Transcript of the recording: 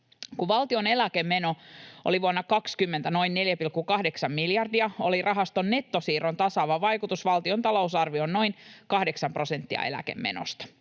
Kun valtion eläkemeno oli vuonna 20 noin 4,8 miljardia, oli rahaston nettosiirron tasaava vaikutus valtion talousarvioon noin 8 prosenttia eläkemenosta.